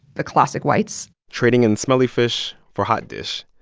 the classic whites trading in smelly fish for hot dish.